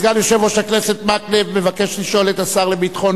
סגן יושב-ראש הכנסת אורי מקלב מבקש לשאול את השר לביטחון